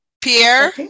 Pierre